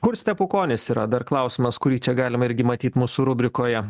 kur stepukonis yra dar klausimas kurį čia galima irgi matyt mūsų rubrikoje